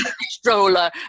stroller